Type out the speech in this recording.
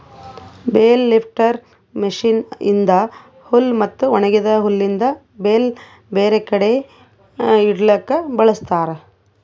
bale lifter machine ಇಂದಾ ಹುಲ್ ಮತ್ತ ಒಣಗಿದ ಹುಲ್ಲಿಂದ್ ಬೇಲ್ ಬೇರೆ ಕಡಿ ಇಡಲುಕ್ ಬಳ್ಸತಾರ್